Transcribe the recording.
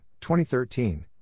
2013